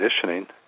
conditioning